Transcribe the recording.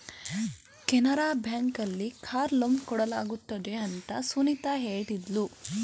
Canara bank ಅಲ್ಲಿ car loan ಕೊಡಲಾಗುತ್ತದೆ ಅಂತ ಸುನಿತಾ ಹೇಳಿದ್ಲು